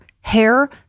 hair